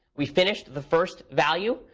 we finished the first value.